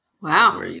Wow